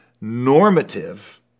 normative